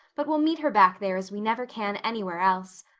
but we'll meet her back there as we never can anywhere else.